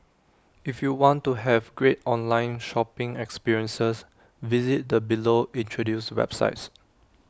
if you want to have great online shopping experiences visit the below introduced websites